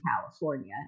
California